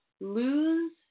lose